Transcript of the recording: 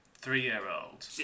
three-year-old